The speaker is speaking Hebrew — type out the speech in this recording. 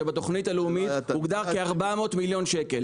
שבתכנית הלאומית הוגדר כ-400 מיליון ₪.